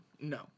no